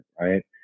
Right